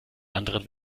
anderen